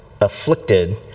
afflicted